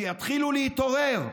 שיתחילו להתעורר.